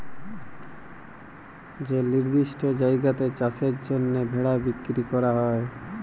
যে লিরদিষ্ট জায়গাতে চাষের জ্যনহে ভেড়া বিক্কিরি ক্যরা হ্যয়